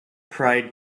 pride